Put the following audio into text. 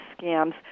scams